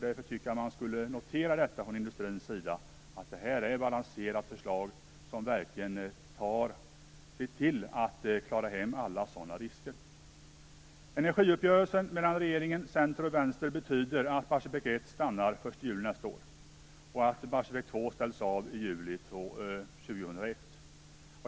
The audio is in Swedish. Det borde noteras från industrins sida att vi nu lägger fram ett balanserat förslag där vi ser till att klara hem alla sådana risker. 1 juli nästa år och att Barsebäck 2 ställs av i juli 2001.